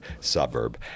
suburb